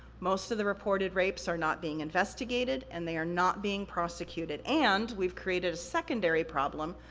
most of the reported rapes are not being investigated, and they are not being prosecuted, and, we've created a secondary problem,